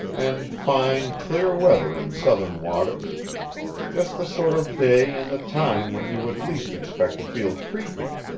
and fine, clear weather in southern waters just the sort of day and the time when you would least expect to feel creepy.